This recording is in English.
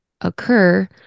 occur